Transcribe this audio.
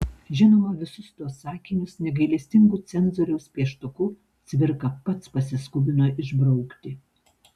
žinoma visus tuos sakinius negailestingu cenzoriaus pieštuku cvirka pats pasiskubino išbraukti